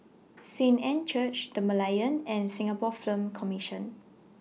Saint Anne's Church The Merlion and Singapore Film Commission